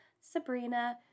Sabrina